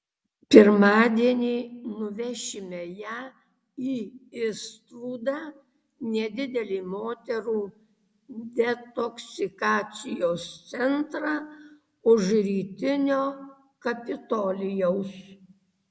pirmadienį nuvešime ją į istvudą nedidelį moterų detoksikacijos centrą už rytinio kapitolijaus